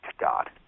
God